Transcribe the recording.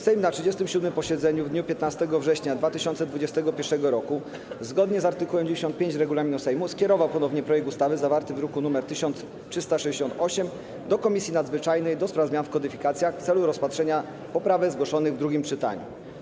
Sejm na 37. posiedzeniu w dniu 15 września 2021 r. zgodnie z art. 95 regulaminu Sejmu skierował ponownie projekt ustawy zawarty w druku nr 1368 do Komisji Nadzwyczajnej do spraw zmian w kodyfikacjach w celu rozpatrzenia poprawek zgłoszonych w drugim czytaniu.